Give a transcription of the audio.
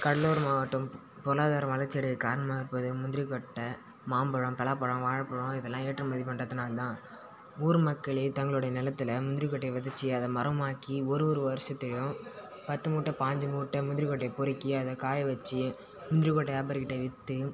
கடலூர் மாவட்டம் பொருளாதாரம் வளர்ச்சி அடைய காரணமாக இருப்பது முந்திரிக்கொட்டை மாம்பழம் பலாப்பழம் வாழைப்பழம் இதெல்லாம் ஏற்றுமதி பண்ணுறதுனால தான் ஊர் மக்களே தங்களுடைய நிலத்துல முந்திரிக்கொட்டையை விதச்சி அதை மரமாக்கி ஒரு ஒரு வருஷத்தையும் பத்து மூட்டை பாஞ்சு மூட்டை முந்திரிக்கொட்டையை பொருக்கி அதை காய வச்சு முந்திரிகொட்டை வியாபாரிக்கிட்டே விற்று